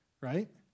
right